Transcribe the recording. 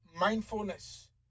mindfulness